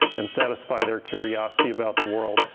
and satisfy their curiosity about the world,